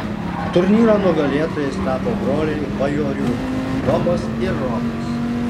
turnyro nugalėtojais tapo broliai bajoriūnai domas ir rokas